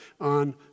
on